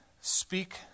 speak